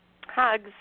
Hugs